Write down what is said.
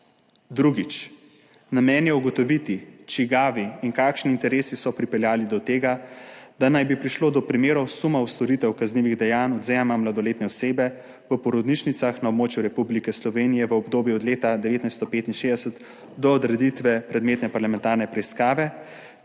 Drugič. Namen je ugotoviti, čigavi in kakšni interesi so pripeljali do tega, da naj bi prišlo do primerov sumov storitev kaznivih dejanj odvzema mladoletne osebe v porodnišnicah na območju Republike Slovenije v obdobju od leta 1965 do odreditve predmetne parlamentarne preiskave,